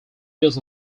days